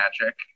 magic